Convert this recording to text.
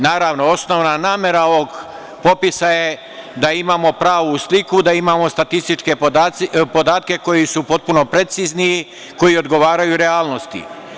Naravno, osnovna namera ovog popisa je da imamo pravu sliku, da imamo statističke podatke koji su potpuno precizni, koji odgovaraju realnosti.